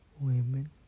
women